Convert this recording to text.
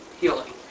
healing